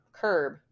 Curb